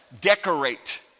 decorate